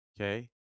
okay